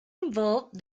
involve